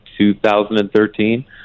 2013